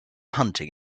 hunting